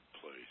place